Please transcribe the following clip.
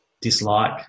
dislike